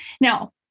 Now